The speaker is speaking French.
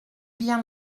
bien